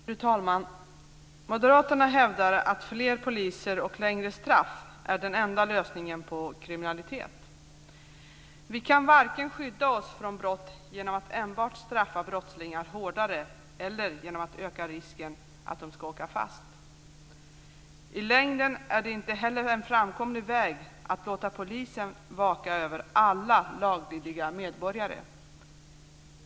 Fru talman! Moderaterna hävdar att fler poliser och längre straff är den enda lösningen på kriminaliteten. Vi kan varken skydda oss från brott genom att enbart straffa brottslingar hårdare eller genom att öka risken för att de ska åka fast. I längden är det inte heller en framkomlig väg att låta polisen vaka över alla laglydiga medborgare.